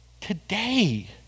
today